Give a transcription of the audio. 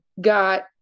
got